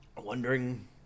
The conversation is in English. wondering